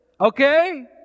Okay